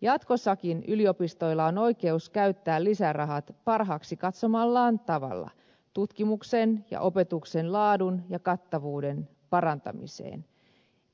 jatkossakin yliopistoilla on oikeus käyttää lisärahat parhaaksi katsomallaan tavalla tutkimuksen ja opetuksen laadun ja kattavuuden parantamiseen